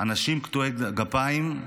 אנשים קטועי גפיים,